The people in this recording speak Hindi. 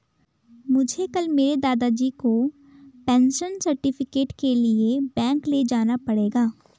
मुझे कल मेरे दादाजी को पेंशन सर्टिफिकेट के लिए बैंक ले जाना पड़ेगा